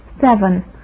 seven